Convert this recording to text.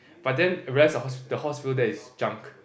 but then I realized the hos the Hospital there is junk